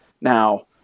Now